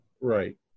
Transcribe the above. Right